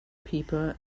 people